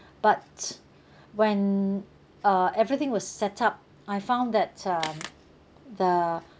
but when uh everything was set up I found that um the